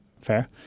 Fair